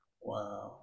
Wow